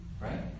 Right